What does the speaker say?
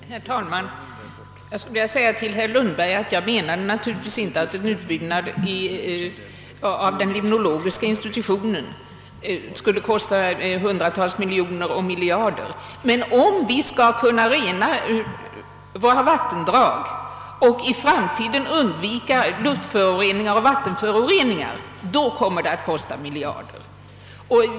Herr talman! Jag skulle vilja säga till herr Lundberg att jag naturligtvis inte menade att en ombyggnad av den limnologiska institutionen i Uppsala skulle kosta hundratals miljoner eller miljarder kronor. Men om vi i framtiden skall kunna rena våra vattendrag och undvika luftföroreningar och vattenföroreningar, då kommer det att kosta miljarder.